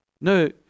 No